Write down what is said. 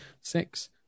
six